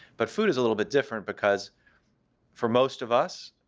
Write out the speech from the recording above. but food is a little bit different because for most of us,